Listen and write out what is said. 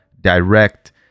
direct